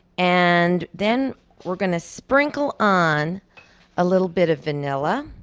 and then we're going to sprinkle on a little bit of vanilla.